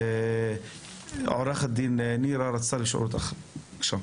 עו"ד נירה, יועמ"ש הוועדה, בבקשה.